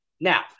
Now